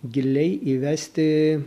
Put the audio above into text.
giliai įvesti